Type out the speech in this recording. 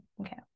Okay